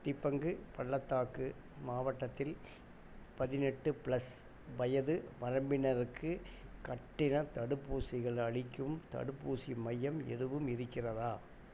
டிபங் பள்ளத்தாக்கு மாவட்டத்தில் பதினெட்டு ப்ளஸ் வயது வரம்பினருக்கு கட்டணத் தடுப்பூசிகள் அளிக்கும் தடுப்பூசி மையம் எதுவும் இருக்கிறதா